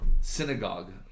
synagogue